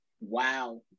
wow